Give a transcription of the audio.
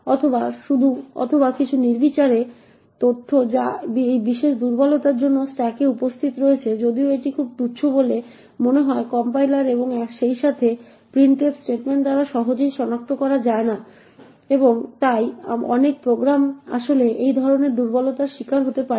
অথবা কিছু নির্বিচারে তথ্য যা এই বিশেষ দুর্বলতার জন্য স্ট্যাকে উপস্থিত রয়েছে যদিও এটি খুব তুচ্ছ বলে মনে হয় কম্পাইলার এবং সেইসাথে printf স্টেটমেন্ট দ্বারা সহজেই সনাক্ত করা যায় না এবং তাই অনেক প্রোগ্রাম আসলে এই ধরণের দুর্বলতার শিকার হতে পারে